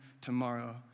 tomorrow